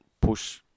push